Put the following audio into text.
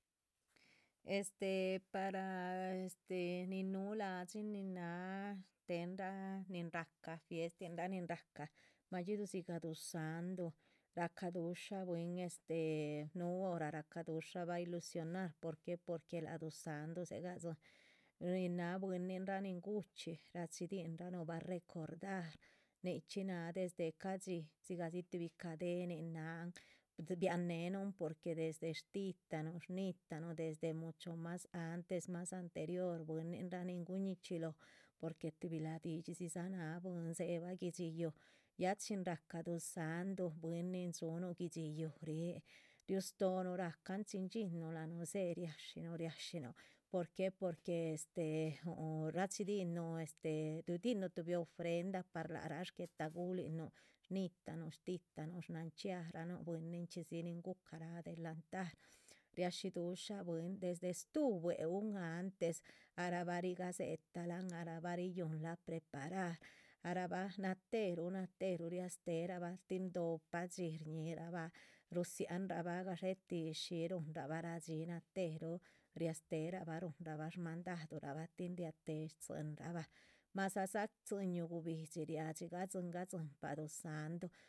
Este para este nin núhu lahdxin nin náha para shtéhenra ni rahca fiestinra nin rahca madxiduh dzigah duzáhndu, rahca dusha bwín este, núhu hora. rahca dushabah ilusionar porque láha duzáhndu dze gadzín, nin náha buihinin raa nin guchxí, rachidinranuh bah recordar, nichxí náha desde ca´dxi, dzigah dzi tuhbi cadenin náhan biahn néhenun porque desde shtitaranuh shnitanuh, desde mucho más antes mas anterior bwininrah nin guñichxí lóho. porque tuhbi ladidxí dzidza náha bwín dzéhe guihdxi yuuh, ya chin rahca duzáhndu bwín nin dxúnuh guihdxi yuuh ríh riustohonuh rahcan chin. dxin núh anuh dzéhe riashinuh riashinuh porque porque este, huhu rachidihunuh este ridinuh tuhbi ofrenda par lac rah shguéhtagulin nuh shnitanuh. shtihitanuh shnanchxía rah nuh bwininchxídzi nin guhucarah adelantar, riashí dusha bwín desde stúhu bwe´u antes, ahra bah riga dzéhetalan, ahra bah riyunlah preparar. ahra bah natéheruh, natéheruh riastéhe rah bah tin dóhopah dxí shñihirabah rudzian ra bah gadxé tih shí ruhunrabah radxí natéheruh riastéhe rabah ruhunrabah. shmandadurabah tin riatéhe stzínrabah, madza dzá tzíñuh guhbi´dxi riadxi gadzin gadzinpah dudzáhndu